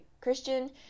Christian